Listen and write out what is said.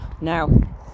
now